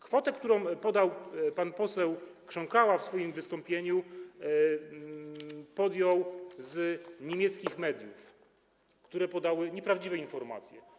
Kwota, którą podał pan poseł Krząkała w swoim wystąpieniu, została podjęta z niemieckich mediów, które podały nieprawdziwe informacje.